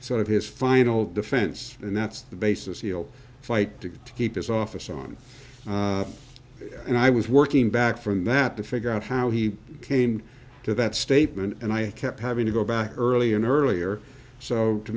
sort of his final defense and that's the basis he'll fight to keep his office on and i was working back from that to figure out how he came to that statement and i kept having to go back earlier and earlier so to